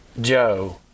Joe